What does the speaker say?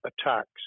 attacks